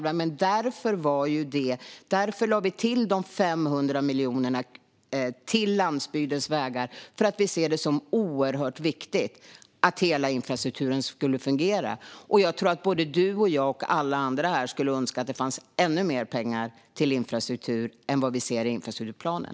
Vi lade till de 500 miljonerna till landsbygdens vägar därför att vi ser det som oerhört viktigt att hela infrastrukturen ska fungera. Jag tror att både du och jag och alla andra här skulle önska att det fanns mer pengar till infrastruktur än vad vi ser i infrastrukturplanen.